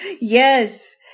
Yes